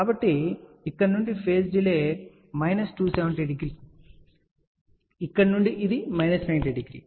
కాబట్టి ఇక్కడ నుండి ఫేజ్ డిలే మైనస్ 270 డిగ్రీ ఇక్కడ నుండి ఇది మైనస్ 90 డిగ్రీ